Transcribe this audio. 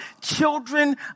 children